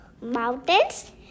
Mountains